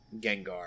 Gengar